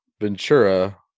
Ventura